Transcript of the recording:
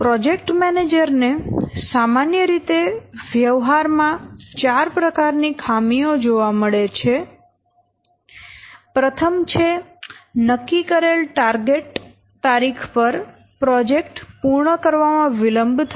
project manager ને સામાન્ય રીતે વ્યવહાર માં ચાર પ્રકારની ખામીઓ જોવા મળે છે પ્રથમ છે નક્કી કરેલ ટાર્ગેટ તારીખ પર પ્રોજેક્ટ પૂર્ણ કરવામાં વિલંબ થવો